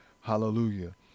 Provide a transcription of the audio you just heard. Hallelujah